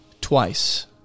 twice